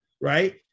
right